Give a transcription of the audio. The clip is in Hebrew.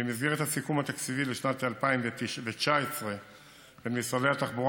במסגרת הסיכום התקציבי לשנת 2019 בין משרד התחבורה